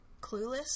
clueless